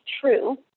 true